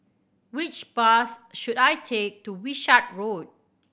which bus should I take to Wishart Road